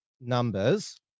numbers